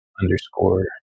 underscore